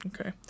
Okay